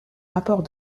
rapport